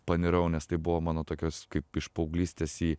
panirau nes tai buvo mano tokios kaip iš paauglystės į